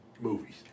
movies